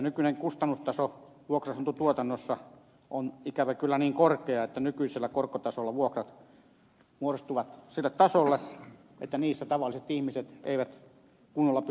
nykyinen kustannustaso vuokra asuntotuotannossa on ikävä kyllä niin korkea että nykyisellä korkotasolla vuokrat muodostuvat sille tasolle että niissä tavalliset ihmiset eivät kunnolla pysty asumaan